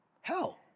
hell